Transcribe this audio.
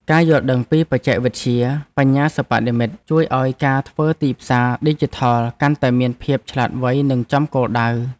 ការយល់ដឹងពីបច្ចេកវិទ្យាបញ្ញាសិប្បនិម្មិតជួយឱ្យការធ្វើទីផ្សារឌីជីថលកាន់តែមានភាពឆ្លាតវៃនិងចំគោលដៅ។